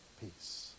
peace